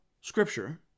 scripture